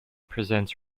presents